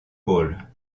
bowl